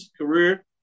career